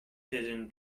hidden